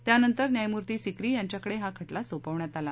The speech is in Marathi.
त्यानंतर न्यायमूर्ती सीकरी यांच्याकडे हा खटला सोपवण्यात आला